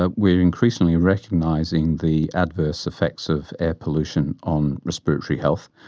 ah we are increasingly recognising the adverse effects of air pollution on respiratory health.